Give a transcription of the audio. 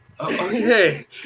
Okay